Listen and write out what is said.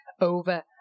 over